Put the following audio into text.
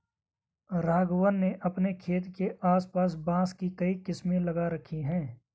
राघवन ने अपने खेत के आस पास बांस की कई किस्में लगा रखी हैं